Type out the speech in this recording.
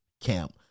camp